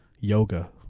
yoga